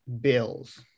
Bills